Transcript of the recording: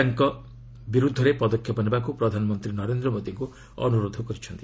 ତାଙ୍କ ବିରୁଦ୍ଧରେ ପଦକ୍ଷେପ ନେବାକୁ ସେ ପ୍ରଧାନମନ୍ତ୍ରୀ ନରେନ୍ଦ୍ର ମୋଦିଙ୍କୁ ଅନୁରୋଧ କରିଛନ୍ତି